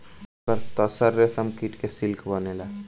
ओकर तसर रेशमकीट से सिल्क बनेला